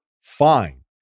fine